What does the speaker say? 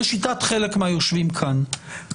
לשיטת חלק מהיושבים כאן,